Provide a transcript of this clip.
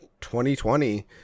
2020